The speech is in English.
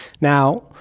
Now